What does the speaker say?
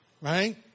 right